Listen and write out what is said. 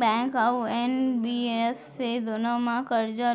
bank अऊ NBFC दूनो मा करजा